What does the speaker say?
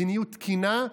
מדיניות תקינה,